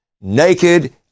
naked